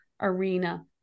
arena